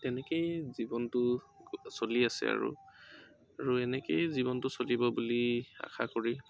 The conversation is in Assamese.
তেনেকেই জীৱনটো চলি আছে আৰু আৰু এনেকেই জীৱনটো চলিব বুলি আশা কৰি